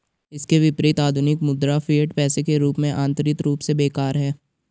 इसके विपरीत, आधुनिक मुद्रा, फिएट पैसे के रूप में, आंतरिक रूप से बेकार है